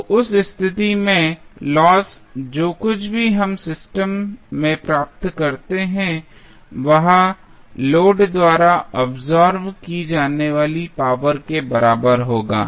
तो उस स्थिति में लॉस जो कुछ भी हम सिस्टम में प्राप्त करते हैं वह लोड द्वारा अब्सॉर्ब की जाने वाली पावर के बराबर होगा